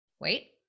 Wait